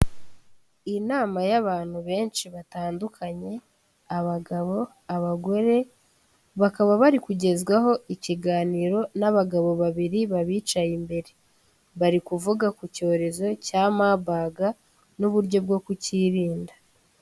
Iyi nama y'abantu benshi batandukanye abagabo, abagore bakaba bari kugezwaho ikiganiro n'abagabo babiri babicaye imbere, bari kuvuga ku cyorezo cya Marburg n'uburyo bwo kucyirinda.